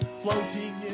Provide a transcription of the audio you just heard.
floating